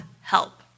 help